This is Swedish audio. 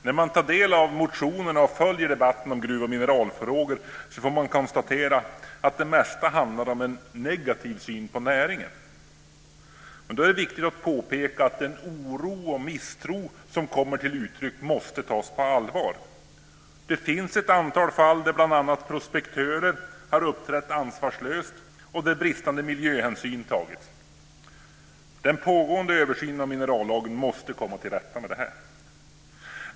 När man tar del av motionerna och följer debatten om gruv och mineralfrågor får man konstatera att det mesta handlar om en negativ syn på näringen. Det är då viktigt att påpeka att den oro och misstro som kommer till uttryck måste tas på allvar. Det finns ett antal fall där bl.a. prospektörer har uppträtt ansvarslöst och där bristande miljöhänsyn tagits. Den pågående översynen av minerallagen måste komma till rätta med det här.